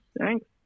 thanks